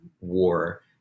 war